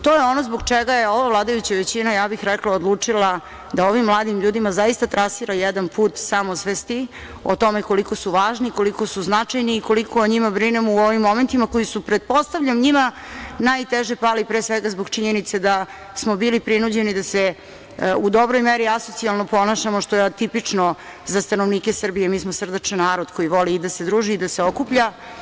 To je ono zbog čega je ova vladajuća većina, ja bih rekla, odlučila da ovim mladim ljudima zaista trasira jedan put samosvesti o tome koliko su važni, koliko su značajni i koliko o njima brinemo u ovim momentima koji su, pretpostavljam, njima najteže pali, pre svega zbog činjenice da smo bili prinuđeni da se u dobroj meri asocijalno ponašamo, što je atipično za stanovnike Srbije, jer mi smo srdačan narod koji voli da se druži i da se okuplja.